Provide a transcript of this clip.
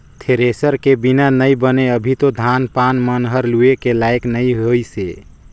thresher के बिना नइ बने अभी तो धान पान मन हर लुए के लाइक नइ होइसे